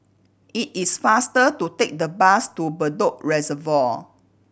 it is faster to take the bus to Bedok Reservoir